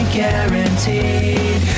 guaranteed